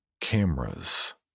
cameras